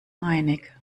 einig